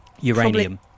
uranium